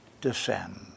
descend